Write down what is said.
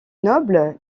nobles